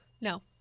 No